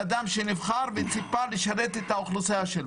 אדם שנבחר וציפה לשרת את האוכלוסייה שלו.